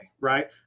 right